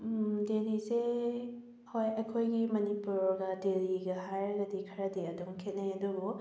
ꯗꯦꯜꯍꯤꯁꯦ ꯍꯣꯏ ꯑꯩꯈꯣꯏꯒꯤ ꯃꯅꯤꯄꯨꯔꯒ ꯗꯦꯜꯍꯤꯒ ꯍꯥꯏꯔꯒꯗꯤ ꯈꯔꯗꯤ ꯑꯗꯨꯝ ꯈꯦꯟꯅꯩ ꯑꯗꯨꯕꯨ